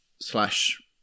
slash